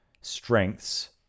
strengths